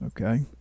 Okay